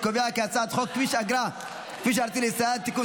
הצעת חוק כביש אגרה (כביש ארצי לישראל) (תיקון